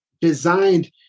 designed